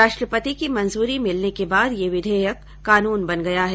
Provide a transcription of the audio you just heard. राष्ट्रपति की मंजूरी मिलने के बाद यह विधेयक कानून बन गया है